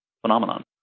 phenomenon